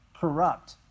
corrupt